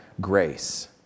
grace